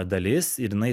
dalis ir jinai